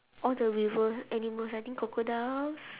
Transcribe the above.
all the river animals I think crocodiles